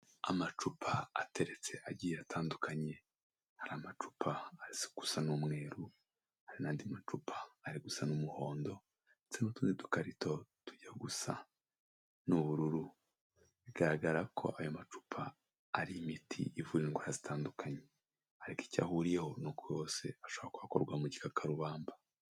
Amacupa ateretse agiye atandukanye. Hari amacupa ari gusa n'umweru n'andi macupa ari gusa n'umuhondo ndetse n'utundi dukarito tujya gusa n'ubururu. Bigaragara ko ayo macupa ari imiti ivura indwara zitandukanye ariko icyo ahuriyeho yose n'uko ashobora akorwa mu gikarubamba.